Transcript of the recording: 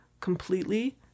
completely